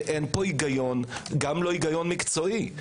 אין פה היגיון גם לא מקצועי.